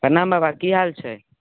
प्रणाम बाबा की हाल छै